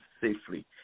safely